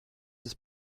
his